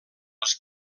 els